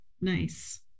Nice